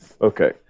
Okay